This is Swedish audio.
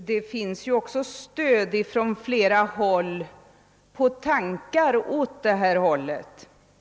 Det finns ju också på flera håll stöd för tankar i den här riktningen.